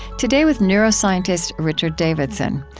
today with neuroscientist richard davidson.